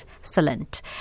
Excellent